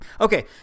Okay